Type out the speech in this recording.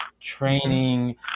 training